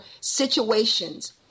situations